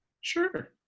Sure